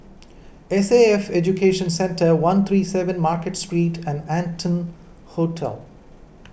S A F Education Centre one three seven Market Street and Arton Hotel